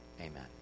Amen